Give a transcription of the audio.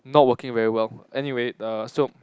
not working very well anyway err so